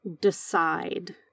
decide